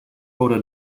oda